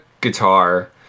guitar